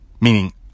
Meaning